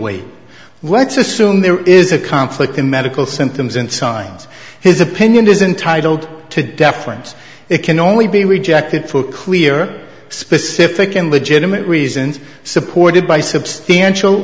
weight let's assume there is a conflict in medical symptoms and signs his opinion is intitled to deference it can only be rejected for clear specific and legitimate reasons supported by substantial